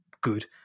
good